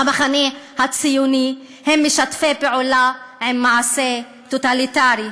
המחנה הציוני, הם משתפי פעולה עם מעשה טוטליטרי.